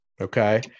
okay